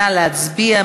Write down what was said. נא להצביע.